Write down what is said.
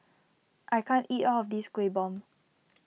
I can't eat all of this Kueh Bom